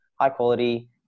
high-quality